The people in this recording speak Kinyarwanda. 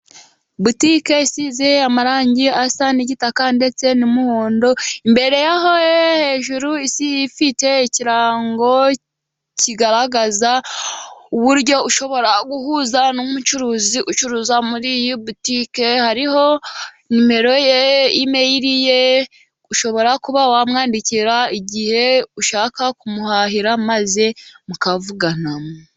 Butike isize amarangi asa n'igitaka, ndetse n'umuhondo, imbere yayo hejuru ifite ikirango kigaragaza uburyo dushobora guhuza n'umucuruzi ucuruza muri iyi butike, hariho nimero ye, imeri ye, ushobora kuba wamwandikira, igihe ushaka kumuhahira maze mukavugana.